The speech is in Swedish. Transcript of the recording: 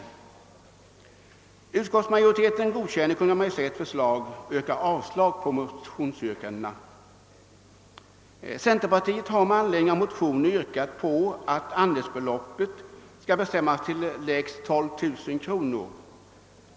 Centerpartiets utskottsledamöter har med anledning av ställda motionsyrkanden i en reservation hemställt att andelsbeloppet skall bestämmas till lägst 12 000 kronor.